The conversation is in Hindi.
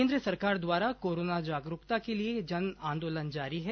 केन्द्र सरकार द्वारा कोरोना जागरूकता के लिए जन आंदोलन जारी है